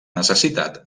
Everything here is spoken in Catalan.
necessitat